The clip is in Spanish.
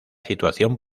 situación